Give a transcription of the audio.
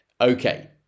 Okay